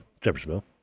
Jeffersonville